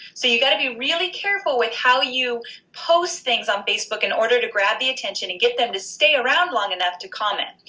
so you gonna be really careful with how you post things on facebook in order to grab the attention in and get them to stay around long enough to comment.